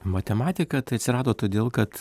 matematika tai atsirado todėl kad